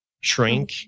shrink